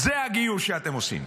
זה הגיוס שאתם עושים.